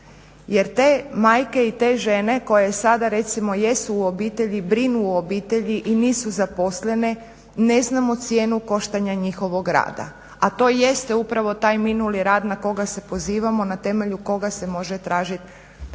Jer te majke i te žene koje sada recimo jesu u obitelji, brinu o obitelji i nisu zaposlene ne znamo cijenu koštanja njihovog rada a to jeste upravo taj minuli rad na koga se pozivamo, na temelju koga se može tražiti uzdržavanje